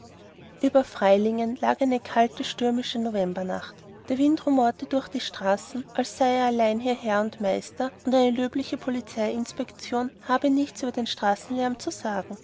über freilingen lag eine kalte stürmische novembernacht der wind rumorte durch die straßen als sei er allein hier herr und meister und eine löbliche polizeiinspektion habe nichts über den straßenlärm zu sagen